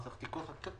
-- אז תיקון חקיקה,